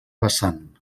vessant